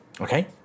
Okay